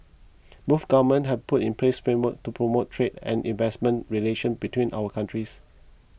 both governments have put in place frameworks to promote trade and investment relations between our countries